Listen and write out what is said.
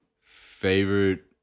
Favorite